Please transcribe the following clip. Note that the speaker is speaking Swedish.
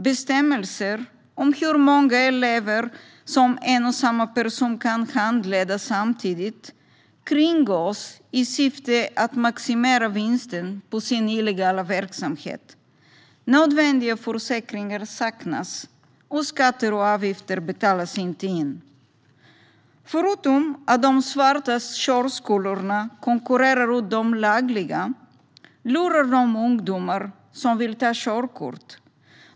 Bestämmelser för hur många elever en och samma person kan handleda samtidigt kringgås i syfte att maximera vinsten för den illegala verksamheten. Nödvändiga försäkringar saknas, och skatter och avgifter betalas inte in. Förutom att de olagliga körskolorna konkurrerar ut de lagliga lurar de ungdomar som vill ta körkort.